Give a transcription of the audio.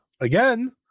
again